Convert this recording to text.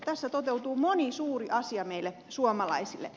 tässä toteutuu moni suuri asia meille suomalaisille